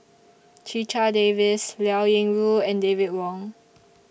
Checha Davies Liao Yingru and David Wong